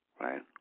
right